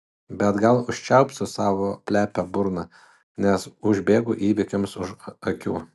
bet gal užčiaupsiu savo plepią burną nes užbėgu įvykiams už akių